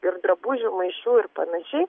ir drabužių maišų ir panašiai